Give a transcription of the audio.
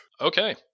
Okay